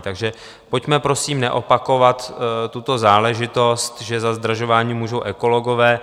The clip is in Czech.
Takže pojďme prosím neopakovat tuto záležitost, že za zdražování můžou ekologové.